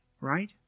Right